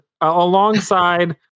alongside